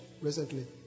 recently